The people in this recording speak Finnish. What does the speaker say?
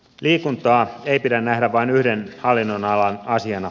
liikuntaa ei pidä nähdä vain yhden hallinnonalan asiana